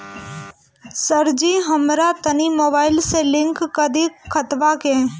सरजी हमरा तनी मोबाइल से लिंक कदी खतबा के